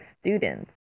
students